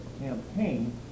campaign